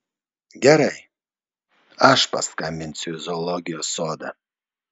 gerai aš paskambinsiu į zoologijos sodą